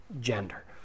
gender